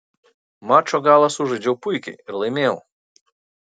mačo galą sužaidžiau puikiai ir laimėjau